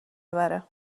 ببره